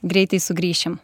greitai sugrįšim